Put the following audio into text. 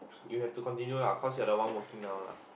you have to continue lah cause you're the one working now lah